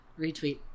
Retweet